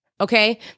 Okay